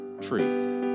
Truth